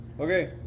Okay